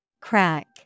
Crack